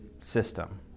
system